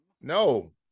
No